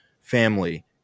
family